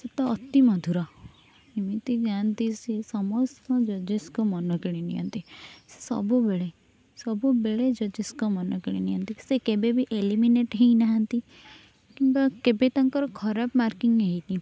ତ ଅତି ମଧୁର ଏମିତି ଗାଆନ୍ତି ସେ ସମସ୍ତ ଜଜେସ୍ଙ୍କ ମନ କିଣି ନିଅନ୍ତି ସେ ସବୁବେଳେ ସବୁବେଳେ ଜଜେସ୍ଙ୍କ ମନ କିଣି ନିଅନ୍ତି ସେ କେବେବି ଏଲିମିନେଟ୍ ହେଇ ନାହାନ୍ତି କିମ୍ବା କେବେ ତାଙ୍କର ଖରାପ ମାର୍କିଂ ହେଇନି